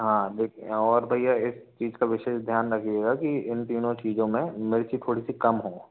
हाँ और भैया एक चीज़ का विशेष ध्यान रखिएगा कि इन तीनों चीज़ों में मिर्ची थोड़ी सी कम हो